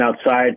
outside